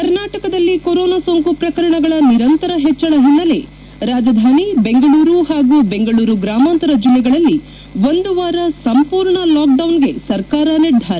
ಕರ್ನಾಟಕದಲ್ಲಿ ಕೊರೊನಾ ಸೋಂಕು ಪ್ರಕರಣಗಳ ನಿರಂತರ ಹೆಚ್ಚಳ ಹಿನ್ನೆಲೆ ರಾಜಧಾನಿ ಬೆಂಗಳೂರು ಪಾಗೂ ಬೆಂಗಳೂರು ಗ್ರಾಮಾಂತರ ಜಿಲ್ಲೆಗಳಲ್ಲಿ ಒಂದು ವಾರ ಸಂಪೂರ್ಣ ಲಾಕ್ಡೌನ್ಗೆ ಸರ್ಕಾರ ನಿರ್ಧಾರ